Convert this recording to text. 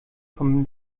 von